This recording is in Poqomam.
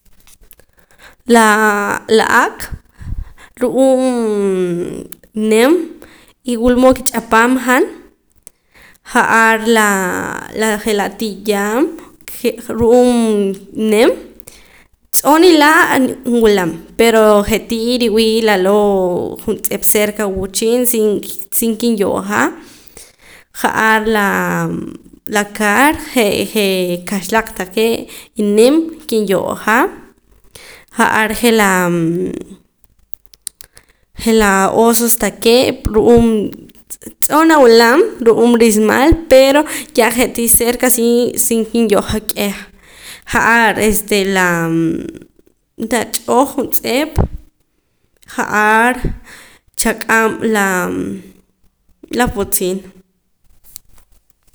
Laa la aaq' ru'uum nim y wulmood kich'apam han ja'ar laa la je'la ti'yaam je' ru'uum nim tz'oo' nila' nwilam pero je'tii' riwii' laloo' juntz'ep cerca reh wuchin si sin kinyo'ja ja'ar laa la kar je' jee' kax laq taqee' y nim kinyo'ja ja'ar je' laa je la osos taqee' ru'uum tz'oo' nawulam ru'uum rismaal pero yah je'tii cerca si si kinyo'ja k'eh ja'ar esta laa la ch'oh juntz'ep ja'ar chak'am laa la putzin